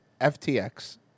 FTX